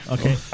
Okay